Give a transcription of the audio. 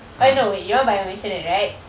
oh no wait you wanna buy a maisonette right